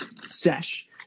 sesh